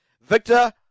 Victor